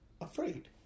afraid